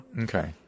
Okay